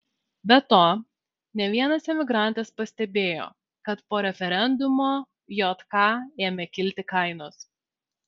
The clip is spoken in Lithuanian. be to ne vienas emigrantas pastebėjo kad po referendumo jk ėmė kilti kainos